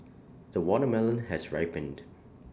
the watermelon has ripened